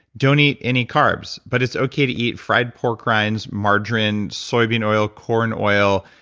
don't eat any carbs. but it's okay to eat fried pork rinds, margarine, soybean oil, corn oil,